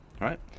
right